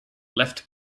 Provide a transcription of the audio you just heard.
left